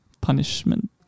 punishment